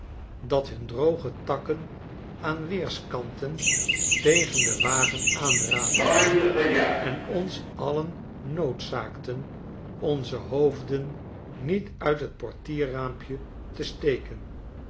dat hun droge takken aan weerskanten tegen den wagen aan ratelden en ons alien noodzaakten onze hoofden niet uit het portierraampje te steken